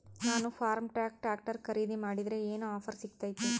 ನಾನು ಫರ್ಮ್ಟ್ರಾಕ್ ಟ್ರಾಕ್ಟರ್ ಖರೇದಿ ಮಾಡಿದ್ರೆ ಏನು ಆಫರ್ ಸಿಗ್ತೈತಿ?